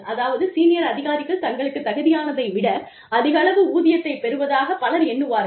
அதாவது சீனியர் அதிகாரிகள் தங்களுக்கு தகுதியானதை விட அதிகளவு ஊதியத்தைப் பெறுவதாக பலர் எண்ணுவார்கள்